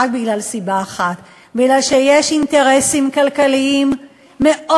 רק בגלל סיבה אחת: מפני שיש אינטרסים כלכליים מאוד